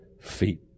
feet